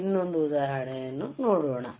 ಇನ್ನೊಂದು ಉದಾಹರಣೆಯನ್ನು ನೋಡೋಣ